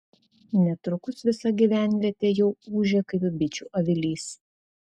netrukus visa gyvenvietė jau ūžė kaip bičių avilys